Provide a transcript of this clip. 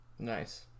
Nice